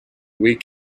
week